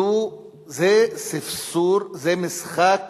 זה משחק